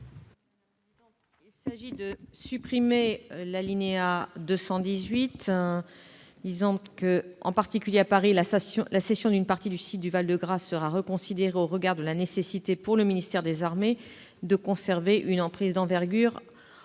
annexé, qui est ainsi rédigé :« En particulier, à Paris, la cession d'une partie du site du Val-de-Grâce sera reconsidérée au regard de la nécessité, pour le ministère des armées, de conserver une emprise d'envergure